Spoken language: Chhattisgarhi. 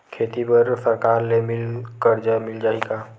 खेती बर सरकार ले मिल कर्जा मिल जाहि का?